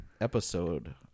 episode